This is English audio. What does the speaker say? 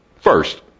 First